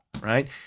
right